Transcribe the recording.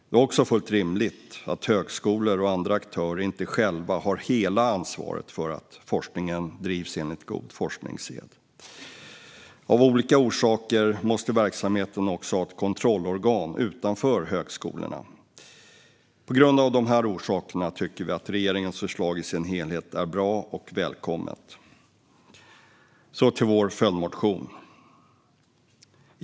Det är också fullt rimligt att högskolor och andra aktörer inte själva har hela ansvaret för att forskningen bedrivs enligt god forskningssed. Av olika orsaker måste verksamheten även ha ett kontrollorgan utanför högskolorna. Av dessa orsaker tycker vi att regeringens förslag i sin helhet är bra och välkommet. Jag går vidare till vår följdmotion.